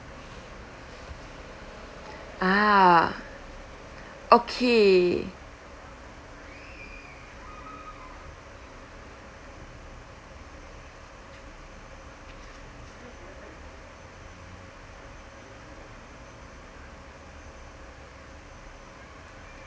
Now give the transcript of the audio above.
ah okay